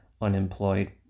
unemployed